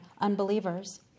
unbelievers